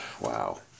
wow